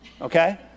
okay